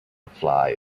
fly